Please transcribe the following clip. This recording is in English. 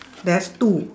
there's two